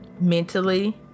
mentally